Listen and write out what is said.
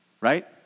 right